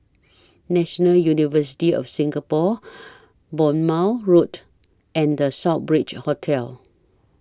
National University of Singapore Bournemouth Road and The Southbridge Hotel